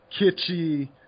kitschy